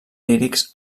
lírics